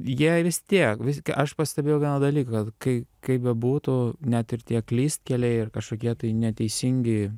jie vis tiek vis aš pastebėjau vieną dalyką kad kai kaip bebūtų net ir tie klystkeliai ir kažkokie tai neteisingi